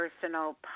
personal